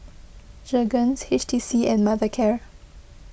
Jergens H T C and Mothercare